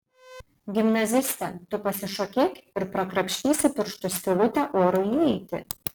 gimnaziste tu pasišokėk ir prakrapštysi pirštu skylutę orui įeiti